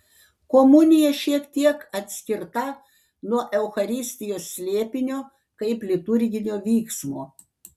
komunija šiek tiek atskirta nuo eucharistijos slėpinio kaip liturginio vyksmo